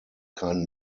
kein